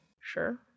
Sure